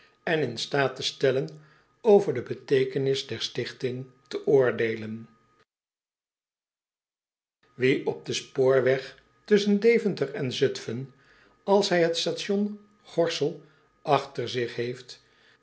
en in staat te stellen over de beteekenis der stichting te oordeelen wie op den spoorweg tusschen deventer en zutfen als hij het station g o r s s e l achter zich heeft